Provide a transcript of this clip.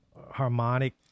harmonic